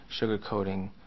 sugarcoating